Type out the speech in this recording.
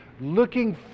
looking